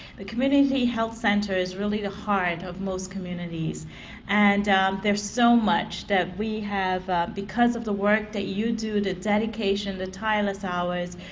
the community health center is really the heart of most communities and there is so much that we have because of the work that you do the dedication, the tireless hours,